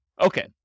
Okay